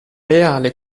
reale